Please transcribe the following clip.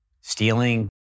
Stealing